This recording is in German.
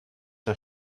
der